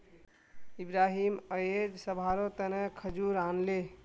इब्राहिम अयेज सभारो तने खजूर आनले